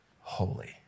holy